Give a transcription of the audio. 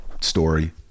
story